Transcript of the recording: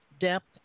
depth